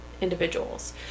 individuals